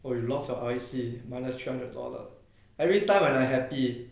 oh you lost your I_C minus three hundred dollar everytime when I happy